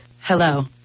Hello